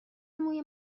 موی